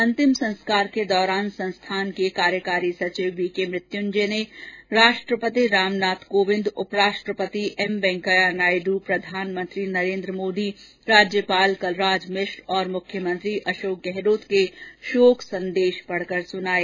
अंतिम संस्कार के दौरान संस्थान के कार्यकारी सचिव बीके मृत्युंजय ने राष्ट्रपति रामनाथ कोविंद उपराष्ट्रपति एम वेंकैया नायडू प्रधानमंत्री नरेंद्र मोदी और राज्यपाल कलराज मिश्र तथा मुख्यमंत्री अशोक गहलोत के शोक संदेश को पढकर सुनाये